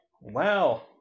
Wow